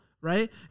right